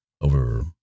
over